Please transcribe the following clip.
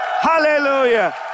Hallelujah